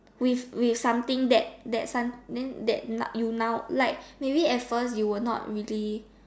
with with something that that sun then that now you now like maybe at first you were not really